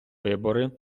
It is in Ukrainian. вибори